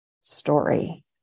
story